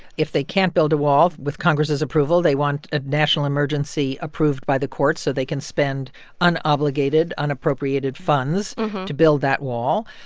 if they can't build a wall with congress' approval, they want a national emergency approved by the courts so they can spend unobligated unappropriated funds to build that wall.